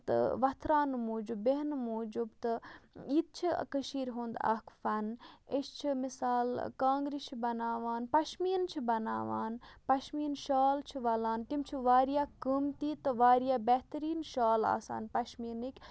تہٕ وتھراونہٕ موٗجوٗب بیٚہنہٕ موٗجوٗب تہٕ یہِ تہِ چھِ کٔشیٖر ہُنٛد اکھ فَن أسۍ چھِ مِثال کانٛگرِ چھِ بَناوان پَشمیٖن چھِ بَناوان پَشمیٖن شال چھِ وَلان تِم چھِ واریاہ قۭمتی تہٕ واریاہ بہتریٖن شال آسان پَشمیٖنٕکۍ